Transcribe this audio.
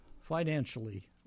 financially